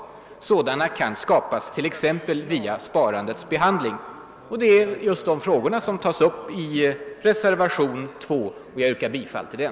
Sådana kan skapas t.ex. via sparandets behandling...» Det är just de frågorna som tas upp i reservationen II, och jag yrkar bifall till den.